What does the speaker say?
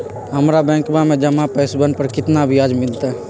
हम्मरा बैंकवा में जमा पैसवन पर कितना ब्याज मिलतय?